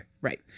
Right